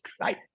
right